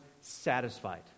satisfied